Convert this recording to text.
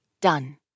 done